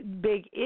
big